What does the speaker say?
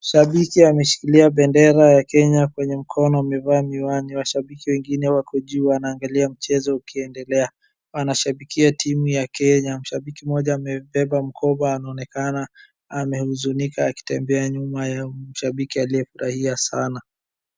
Shabiki ameshikilia bendera ya Kenya kwenye mkono, amevaa miwani. Washabiki wengine wako juu wanaangalia mchezo ukiendelea. Wanashibikia timu wa Kenya. Mshabiki mmoja amebeba mkoba anaonekana amehuzunika akitembea nyuma ya shabiki aliyefurahia sana.